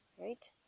right